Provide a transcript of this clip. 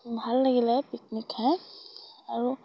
ভাল লাগিলে পিকনিক খাই আৰু